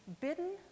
Bidden